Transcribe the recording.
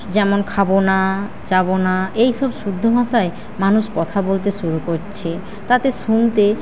যেমন খাব না যাব না এইসব শুদ্ধ ভাষায় মানুষ কথা বলতে শুরু করছে তাতে শুনতে